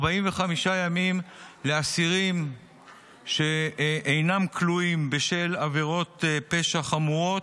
45 ימים לאסירים שאינם כלואים בשל עבירות פשע חמורות.